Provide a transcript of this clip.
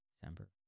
December